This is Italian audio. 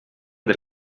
del